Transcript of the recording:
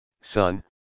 son